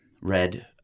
red